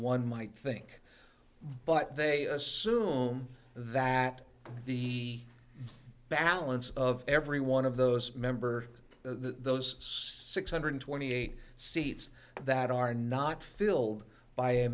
might think but they assume that the balance of every one of those member those six hundred twenty eight seats that are not filled by a